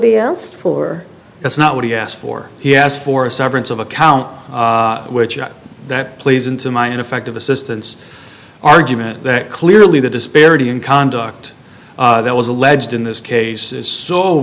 asked for that's not what he asked for he asked for a severance of a count which at that plays into my ineffective assistance argument that clearly the disparity in conduct that was alleged in this case is so